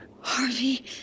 Harvey